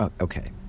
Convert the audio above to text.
Okay